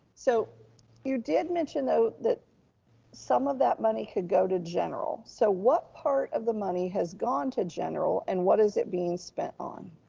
so you did mention though that some of that money could go to general. so what part of the money has gone to general and what is it being spent on?